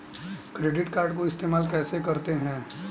Credit card को इस्तेमाल कैसे करते हैं?